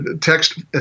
text